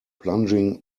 plunging